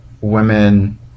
women